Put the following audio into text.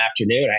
afternoon